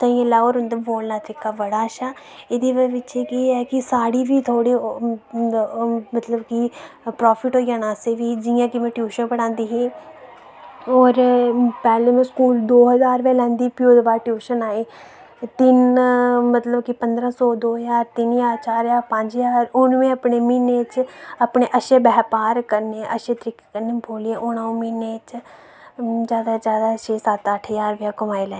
ते और इंदा बोलने दा तरीका बौह्त अच्छा एह्दे बिच्च मतलव साढ़ी बी प्राफिट होई जाना असेंगी जियां में टयूशन पढ़ांदी ही होर पैह्लें में स्कूल दो ज्हार रपेआ लैंदी ही फ्ही ओह्दे बाद टयूशन आई पंदरां सौ दो ज्हार तिन्न ज्हार चार ज्हार पंज ज्हार हून में म्हीने च अपने अच्छे व्यवहार कन्नै अच्चे तरीके कन्नै बोलियै हून अऊं महूने च जादा जादा छे सत्त अट्ठ ज्हार कमाई लैन्नी होनी